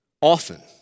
often